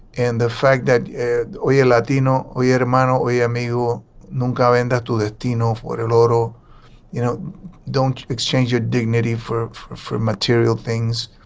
and the fact that and we are latino we had a minority i mean you know go in that latino off what an auto you know don't exchange your dignity for for material things.